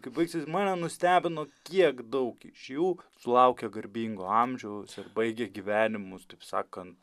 kaip baigsis mane nustebino kiek daug iš jų sulaukė garbingo amžiaus ir baigė gyvenimus taip sakant